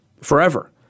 forever